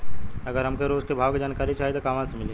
अगर हमके रोज के भाव के जानकारी चाही त कहवा से मिली?